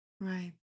Right